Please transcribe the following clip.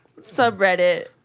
subreddit